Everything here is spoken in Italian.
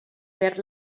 per